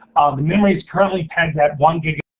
the memory's currently pegged at one gigabyte